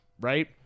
Right